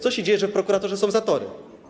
Co się dzieje, że w prokuraturze są zatory?